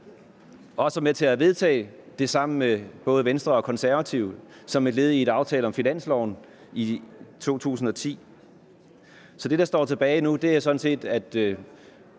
også med til at vedtage det sammen med både Venstre og Konservative som et led i en aftale om finansloven i 2010. Så det, der står tilbage nu, er sådan set, at